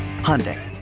Hyundai